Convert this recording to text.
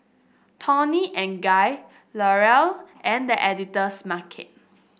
Toni and Guy L'Oreal and The Editor's Market